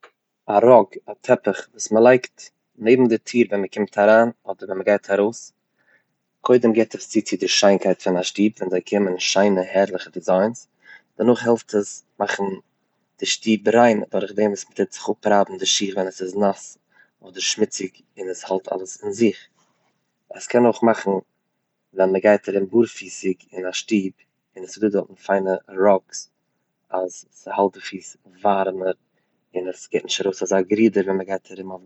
א ראג, טעפעך, וואס מען לייגט נעבן די טיר ווען מען קומט אריין אדער ווען מען גייט ארויס, קודם געבט עס צו צו די שיינקייט פון א שטוב, ווען זיי קומען שיינע הערליכע דיזיינס, דערנאך העלפט עס מאכן די שטוב ריין דורך דעם וואס מ'טוט זיך אפרייבן די שיך ווען עס איז נאס אדער שמוציג און עס האלט אלעס אין זיך, עס קען אויך מאכן ווען מען גייט ארום בארפיסיג אין א שטוב און ס'דא דארטן פיינע ראגס אז ס'האלט די פיס ווארעמער און עס געבט נישט ארויס אזא גערודער ווען מען גייט ארום אויף דעם.